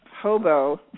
hobo